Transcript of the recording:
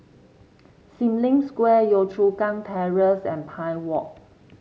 Sim Lim Square Yio Chu Kang Terrace and Pine Walk